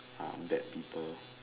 ah bad people